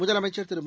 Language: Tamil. முதலமைச்சர் திரு மு